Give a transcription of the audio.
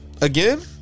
again